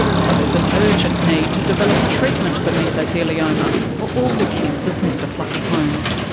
so there's an urgent need to develop a treatment for mesothelioma, for all the kids of mr fluffy homes.